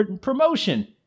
promotion